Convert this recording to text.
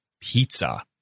pizza